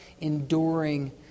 enduring